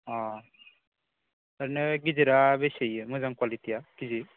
अ ओरैनो गिदिरा बेसे मोजां कुवालिटिया के जि